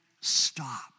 stop